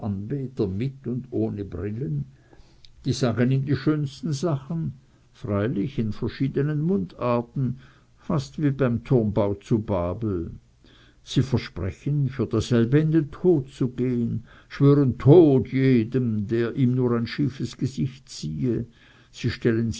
mit und ohne brillen die sagen ihm die schönsten sachen freilich in verschiedenen mundarten fast wie beim turmbau zu babel sie versprechen für dasselbe in den tod zu gehen schwören den tod jedem der ihm nur ein schiefes gesicht ziehe sie stellen